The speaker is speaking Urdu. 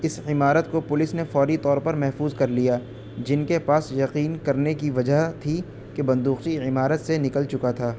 اس عمارت کو پولیس نے فوری طور پر محفوظ کر لیا جن کے پاس یقین کرنے کی وجہ تھی کہ بندوقچی عمارت سے نکل چکا تھا